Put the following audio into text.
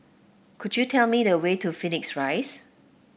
could you tell me the way to Phoenix Rise